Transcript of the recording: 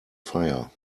fire